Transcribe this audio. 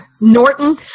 Norton